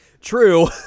true